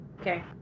Okay